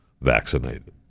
vaccinated